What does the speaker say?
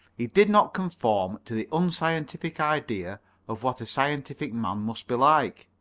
he did not conform to the unscientific idea of what a scientific man must be like.